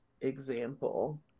example